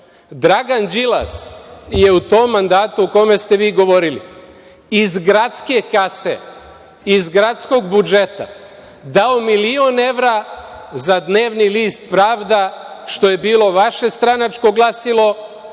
bežim. Dragan Đilas je u tom mandatu o kome ste vi govorili iz gradske kase, iz gradskog budžeta, dao milion evra za dnevni list "Pravda", što je bilo vaše stranačko glasilo,